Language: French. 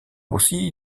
aussi